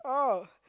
oh